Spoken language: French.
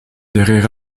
derrière